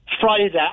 Friday